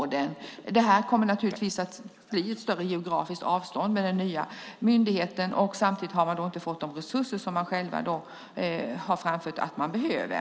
Med den nya myndigheten kommer det naturligtvis att bli ett större geografiskt avstånd, och samtidigt har man inte fått de resurser som man har framfört att man behöver.